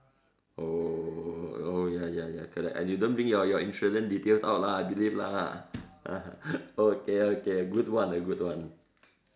oh ya ya ya correct ah you don't bring your your insurance details out lah I believe lah !huh! okay okay good one good one